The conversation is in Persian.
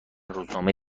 روزنامه